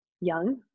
young